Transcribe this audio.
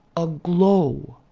a glow,